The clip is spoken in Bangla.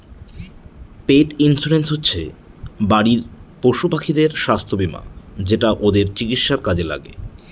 পেট ইন্সুরেন্স হচ্ছে বাড়ির পশুপাখিদের স্বাস্থ্য বীমা যেটা ওদের চিকিৎসার কাজে লাগে